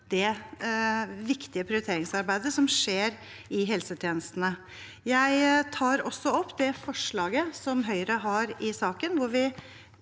det viktige prioriteringsarbeidet som skjer i helsetjenestene. Jeg tar også opp det forslaget som Høyre har i saken, hvor vi